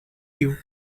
you